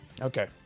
Okay